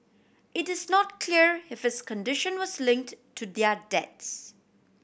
it is not clear if his condition was linked to their deaths